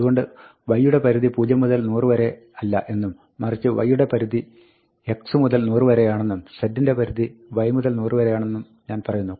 അതുകൊണ്ട് y യുടെ പരിധി 0 മുതൽ 100 വരെയല്ല എന്നും മറിച്ച് y യുടെ പരിധി x മുതൽ 100 വരെയാണെന്നും z ന്റെ പരിധി y മുതൽ 100 വരെയാണെന്നും ഞാൻ പറയുന്നു